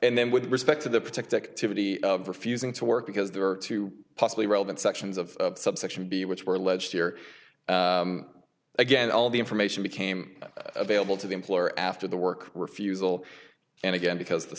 and then with respect to the protect activity refusing to work because there are two possibly relevant sections of subsection b which were alleged here again all the information became available to the employer after the work refusal and again because the